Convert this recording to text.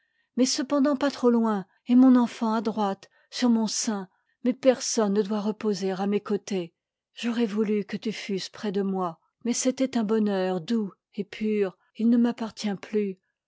mais cependant pas trop oin et mon enfant à droite sur mon sein mais personne ne doit reposer à mes côtés j'au rais voulu que tu fusses près de moi mais c'était un bonheur doux et pur il ne m'appartient plus